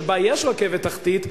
שבה יש רכבת תחתית,